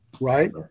right